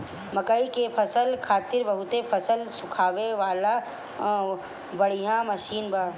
मकई के फसल खातिर बहुते फसल सुखावे वाला बढ़िया मशीन बा